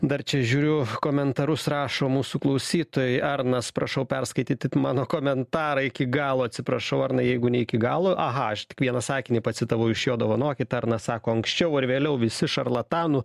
dar čia žiūriu komentarus rašo mūsų klausytojai arnas prašau perskaitytik mano komentarą iki galo atsiprašau arnai jeigu ne iki galo aha aš tik vieną sakinį pacitavau iš jo dovanokit arnas sako anksčiau ar vėliau visi šarlatanų